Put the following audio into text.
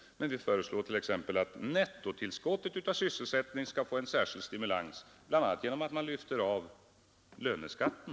Men vi föreslår t.ex. att nettotillskottet av sysselsättning skall få en särskild stimulans, bl.a. genom att man där lyfter av löneskatten.